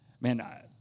Man